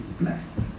blessed